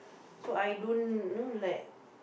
so I don't know like